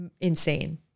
insane